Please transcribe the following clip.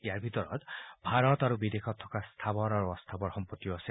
ইয়াৰ ভিতৰত ভাৰত আৰু বিদেশত থকা স্থাৱৰ আৰু অস্থাৱৰ সম্পত্তিও আছে